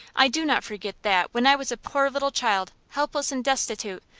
i do not forget that, when i was a poor little child, helpless and destitute,